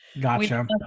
gotcha